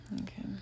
Okay